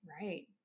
Right